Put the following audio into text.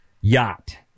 yacht